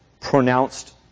pronounced